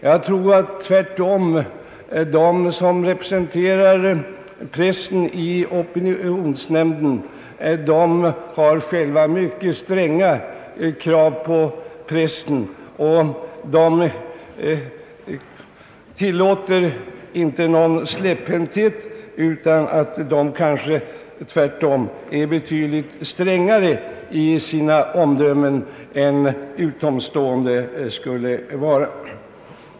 Jag tror tvärtom att de som representerar pressen i opinionsnämnden själva har mycket stränga krav på pressen. De tillåter inte någon släpphänthet, utan de är kanske tvärtom betydligt strängare i sina omdömen än utomstående skulle vara.